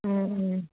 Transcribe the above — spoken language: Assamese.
ও ও